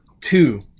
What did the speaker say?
two